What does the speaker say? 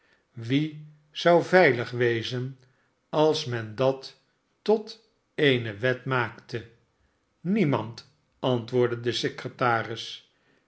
wie zoa veilig wezen als men dat tot eene wet maakte sniemand antwoordde de secretaris